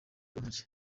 urumogi